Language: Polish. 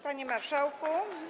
Panie Marszałku!